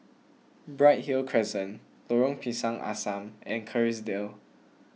Bright Hill Crescent Lorong Pisang Asam and Kerrisdale